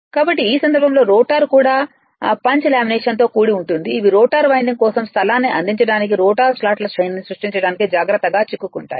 కాబట్టి ఈ సందర్భంలో రోటర్ కూడా పంచ్ లామినేషన్తో కూడి ఉంటుంది ఇవి రోటర్ వైండింగ్ కోసం స్థలాన్ని అందించడానికి రోటర్ స్లాట్ల శ్రేణిని సృష్టించడానికి జాగ్రత్తగా చిక్కుకుంటాయి